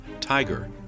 TIGER